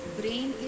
brain